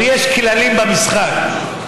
אבל יש כללים במשחק.